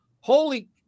Holy